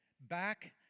back